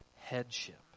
headship